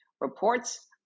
reports